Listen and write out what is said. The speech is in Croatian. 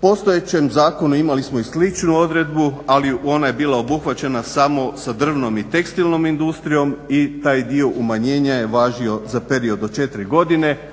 postojećem zakonu imali smo i sličnu odredbu, ali ona je bila obuhvaćena samo sa drvnom i tekstilnom industrijom i taj dio umanjenja je važio za period od 4 godine,